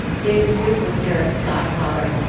david duke was derek's godfather.